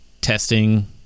testing